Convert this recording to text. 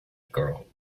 girl